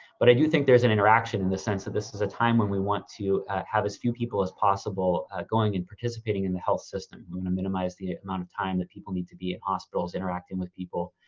but i do think there's an interaction in the sense of this is a time when we want to have as few people as possible going and participating in the health system. we're wanna minimize the amount of time that people need to be at hospitals, interacting with people,